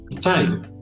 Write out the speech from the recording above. time